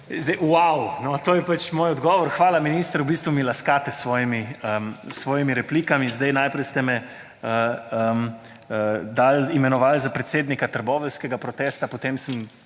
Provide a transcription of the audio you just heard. Vau, to je pač moj odgovor, hvala, minister, v bistvu mi laskate s svojimi replikami. Najprej ste me imenovali za predsednika trboveljskega protesta, potem je